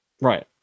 Right